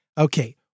Okay